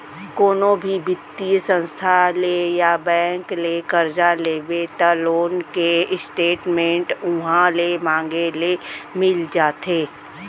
कोनो भी बित्तीय संस्था ले या बेंक ले करजा लेबे त लोन के स्टेट मेंट उहॉं ले मांगे ले मिल जाथे